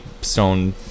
stone